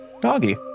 doggy